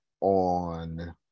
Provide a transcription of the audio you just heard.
on